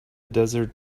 desert